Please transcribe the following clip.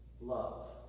love